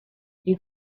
این